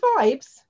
vibes